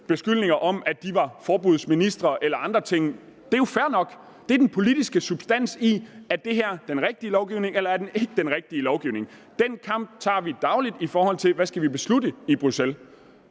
beskyldninger om, at de var forbudsministre eller andre ting. Det er jo fair nok; det er den politiske substans, i forhold til om det her er den rigtige lovgivning eller det ikke er den rigtige lovgivning. Den kamp tager vi dagligt, i forhold til hvad vi skal beslutte i Bruxelles.